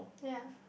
ya